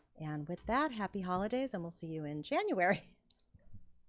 and with that happy holidays and we'll see you in january